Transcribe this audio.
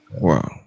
Wow